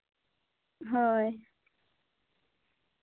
ᱦᱳᱭ